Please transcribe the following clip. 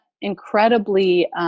incredibly